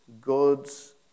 God's